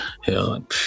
hell